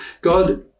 God